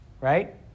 right